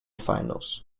finals